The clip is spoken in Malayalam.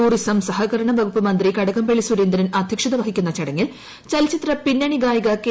ടൂറിസം സഹകരണ്ടു മന്ത്രി കടകംപള്ളി സുരേന്ദ്രൻ അധ്യക്ഷത വഹിക്കുന്നു ചടങ്ങിൽ ചലച്ചിത്ര പിന്നണി ഗായിക കെ